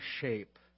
shape